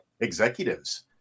Executives